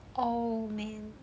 oh man